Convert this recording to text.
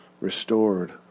restored